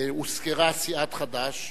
והוזכרה סיעת חד"ש,